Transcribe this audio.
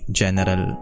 general